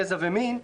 גזע ומין.